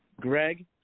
Greg